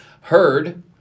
heard